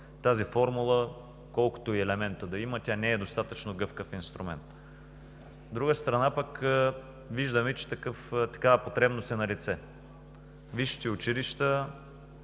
Тази формула, колкото и елементи да има, не е достатъчно гъвкав инструмент. От друга страна, виждаме, че такава потребност е налице. Висшите училища